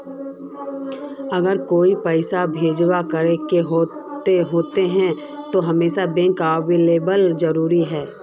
अगर कहीं पैसा भेजे करे के होते है तो हमेशा बैंक आबेले जरूरी है?